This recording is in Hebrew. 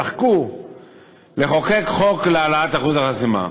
דחקו לחוקק חוק להעלאת אחוז החסימה.